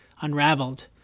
unraveled